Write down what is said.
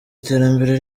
iterambere